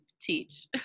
teach